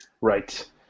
Right